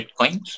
Bitcoin